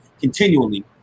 continually